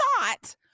thought